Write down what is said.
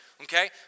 okay